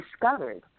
discovered